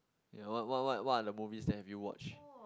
you know what what what what are the movies that have you watched